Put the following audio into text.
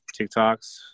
TikToks